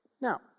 Now